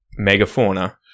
megafauna